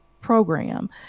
program